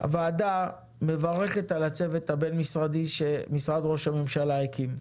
הוועדה מברכת על הצוות הבין-משרדי שמשרד ראש הממשלה הקים.